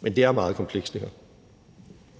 men det her er meget komplekst. Kl.